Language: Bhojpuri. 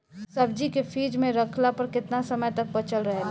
सब्जी के फिज में रखला पर केतना समय तक बचल रहेला?